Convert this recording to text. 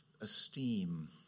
esteem